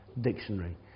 dictionary